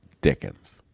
Dickens